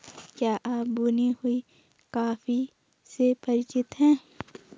क्या आप भुनी हुई कॉफी से परिचित हैं?